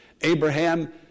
Abraham